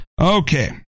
Okay